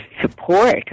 support